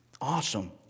Awesome